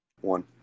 one